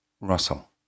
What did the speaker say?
Russell